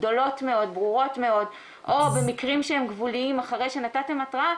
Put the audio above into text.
גדולות מאוד או במקרים שהם גבוליים אחרי שנתתם התראה,